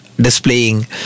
displaying